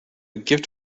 gift